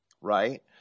right